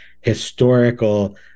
historical